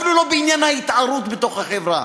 לא בעניין ההתערות בתוך החברה.